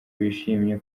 bishimye